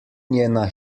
njena